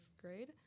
grade